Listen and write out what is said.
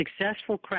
successful